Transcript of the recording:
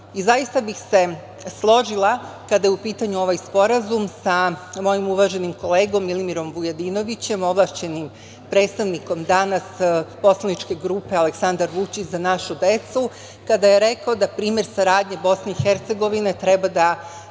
bih se složila kada je u pitanju ovaj sporazum sa mojim uvaženim kolegom Milimirom Vujadinovićem, ovlašćenim predstavnikom danas Poslaničke grupe Aleksandar Vučić – Za našu decu, kada je rekao da primer saradnje BiH treba da